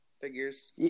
figures